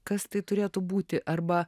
kas tai turėtų būti arba